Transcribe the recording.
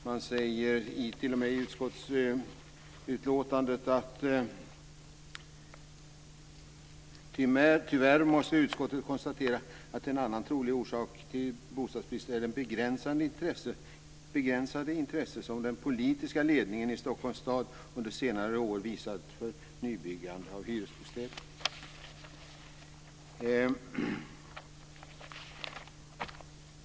Det sägs t.o.m. i utskottsbetänkandet att utskottet tyvärr måste konstatera att en annan trolig orsak till bostadsbristen är det begränsade intresset som den politiska ledningen i Stockholms stad under senare år har visat för nybyggande av hyresbostäder.